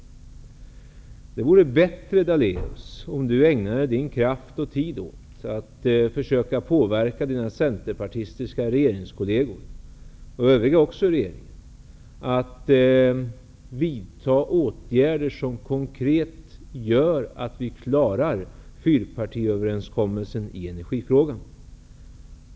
Det vore bättre om Daléus ägnade sin kraft och tid åt att försöka påverka sina centerpartistiska regeringskolleger, och även övriga i regeringen, till att vidta åtgärder som konkret gör att vi klarar fyrpartiöverenskommelsen i energifrågan.